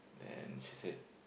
then she said